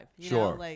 Sure